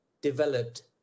developed